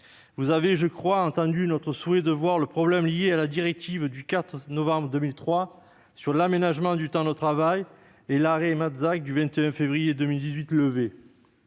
Vous avez, je crois, entendu notre souhait de voir résolus les problèmes liés à la directive du 4 novembre 2003 sur l'aménagement du temps de travail et à l'arrêt du 21 février 2018.